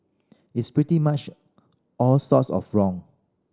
it's pretty much all sorts of wrong